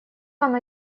оно